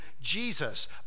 Jesus